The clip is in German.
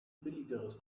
billigeres